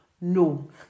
No